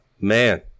man